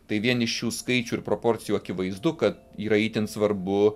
tai vien iš šių skaičių ir proporcijų akivaizdu kad yra itin svarbu